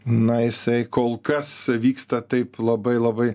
na jisai kol kas vyksta taip labai labai